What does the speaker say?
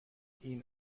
این